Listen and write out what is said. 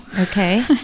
Okay